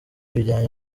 bijyanye